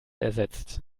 ersetzt